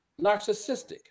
narcissistic